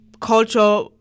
culture